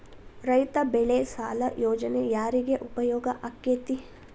ರೈತ ಬೆಳೆ ಸಾಲ ಯೋಜನೆ ಯಾರಿಗೆ ಉಪಯೋಗ ಆಕ್ಕೆತಿ?